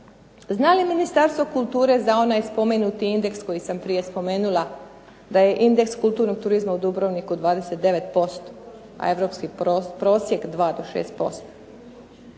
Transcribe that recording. Zna li Ministarstvo kulture za onaj spomenuti indeks koji sam prije spomenula da je indeks kulturnog turizma u Dubrovniku 29%, a europski prosjek 2